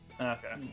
Okay